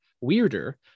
weirder